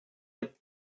you